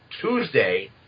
Tuesday